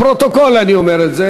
לפרוטוקול אני אומר את זה,